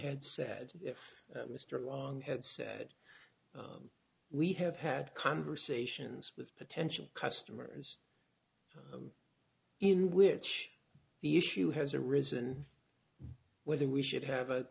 had said if mr long had said we have had conversations with potential customers in which the issue has arisen whether we should have a